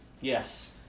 Yes